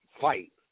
Fight